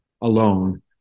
alone